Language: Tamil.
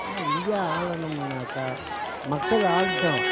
ஆனால் இந்தியா ஆளனமுன்னாக்க மக்கள் ஆளட்டும்